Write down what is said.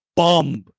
bomb